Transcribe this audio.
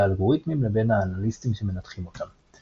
האלגוריתמים לבין האנליסטים שמנתחים אותם.